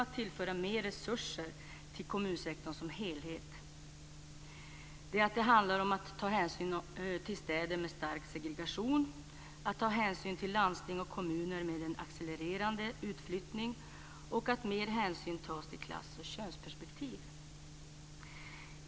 Förutom att mer resurser måste tillföras kommunsektorn som helhet handlar det om att hänsyn måste tas till städer med stark segregation och till landsting och kommuner med en accelererande utflyttning. Dessutom måste större hänsyn tas till klass och könsperspektiv.